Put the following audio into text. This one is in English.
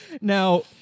Now